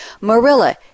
Marilla